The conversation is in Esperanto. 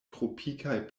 tropikaj